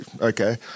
okay